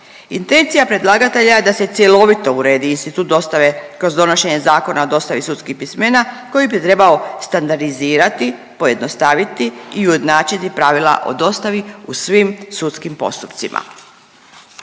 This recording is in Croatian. Intencija predlagatelja je da se cjelovito uredi institut dostave kroz donošenje Zakona o dostavi sudskih pismena koji bi trebali standardizirati, pojednostaviti i ujednačiti pravila o dostavi u svim sudskih postupcima.